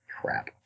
Crap